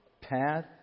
path